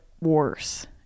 worse